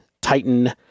Titan